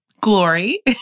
glory